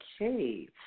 Okay